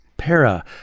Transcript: Para